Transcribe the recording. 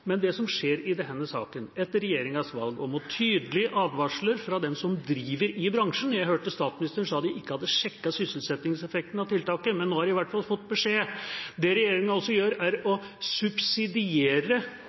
Regjeringas valg skjer mot tydelige advarsler fra dem som driver i bransjen – jeg hørte statsministeren sa at de ikke hadde sjekket sysselsettingseffekten av tiltaket – men nå har de i hvert fall fått beskjed. Det regjeringa også gjør, er